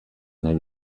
nahi